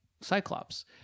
Cyclops